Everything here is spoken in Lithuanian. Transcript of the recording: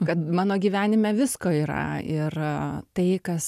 kad mano gyvenime visko yra ir tai kas